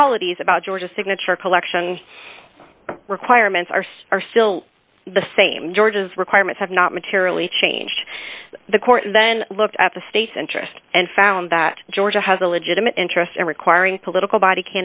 qualities about georgia signature collection requirements arse are still the same george's requirements have not materially changed the court and then looked at the state's interest and found that georgia has a legitimate interest in requiring political body